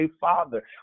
father